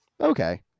Okay